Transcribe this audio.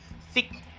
thick